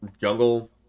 jungle